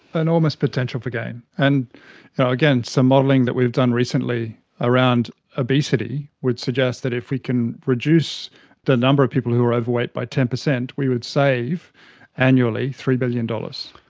enormous potential for gain. and again, some modelling that we've done recently around obesity would suggest that if we can reduce the number of people who are overweight by ten percent we would save annually three billion dollars.